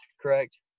correct